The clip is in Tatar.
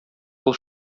кол